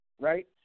right